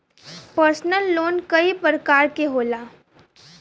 personal loan कई परकार के होला